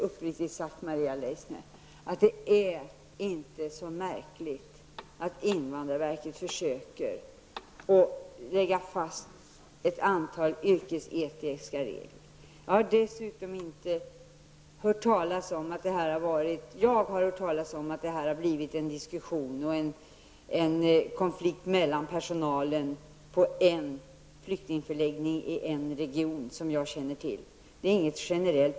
Uppriktigt sagt, Maria Leissner, tycker jag att det inte är så märkligt att invandrarverket försöker lägga fast ett antal yrkesetiska regler. Jag har dessutom bara i ett fall hört talas om att det har uppstått en diskussion och konflikt mellan personal på en flyktingförläggning i en region.